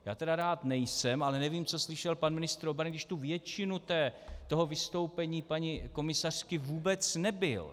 Já tedy rád nejsem, ale nevím, co slyšel pan ministr obrany, když tu většinu toho vystoupení paní komisařky vůbec nebyl.